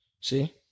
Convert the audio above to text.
See